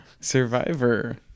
survivor